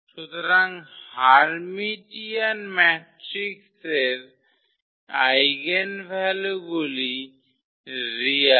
সুতরাং হার্মিটিয়ান ম্যাট্রিক্সের আইগেনভ্যালুগুলি রিয়াল